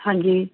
ਹਾਂਜੀ